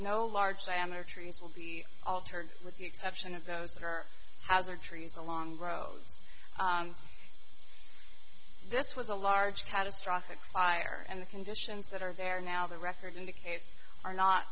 no large diameter trees will be altered with the exception of those that are hazard trees along the road this was a large catastrophic fire and the conditions that are there now the record indicates are not